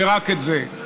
ורק את זה.